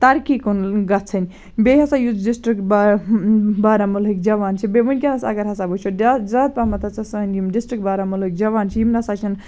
ترقی کُن گَژھٕنۍ بیٚیہِ ہَسا یُس ڈِسٹرک بارا بارہمولہٕکۍ جَوان چھِ بیٚیہِ وٕنکیٚنَس اگر ہَسا وٕچھو زیا زیادٕ پَہَمَتھ ہَسا سٲنۍ یِم ڈِسٹرک بارہمولہٕکۍ جَوان چھِ یِم نَسا چھِنہٕ